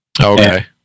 Okay